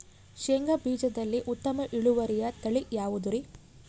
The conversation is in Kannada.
ಶೇಂಗಾ ಬೇಜದಲ್ಲಿ ಉತ್ತಮ ಇಳುವರಿಯ ತಳಿ ಯಾವುದುರಿ?